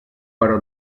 però